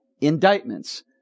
indictments